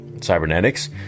cybernetics